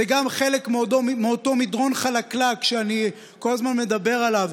זה גם חלק מאותו מדרון חלקלק שאני כל הזמן מדבר עליו,